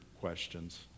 questions